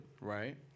Right